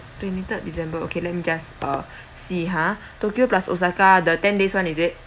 twenty third december okay let me get a see ha tokyo plus osaka the ten days one is it